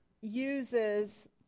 uses